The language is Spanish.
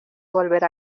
volver